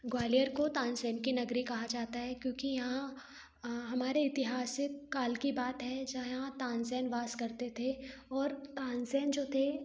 ग्वालियर को तानसेन की नगरी कहा जाता है क्योंकि यहाँ अ हमारे इतिहास से कल की बात है जहाँ तानसेन वास करते थे और तानसेन जो थे